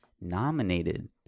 nominated